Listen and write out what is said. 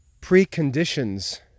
preconditions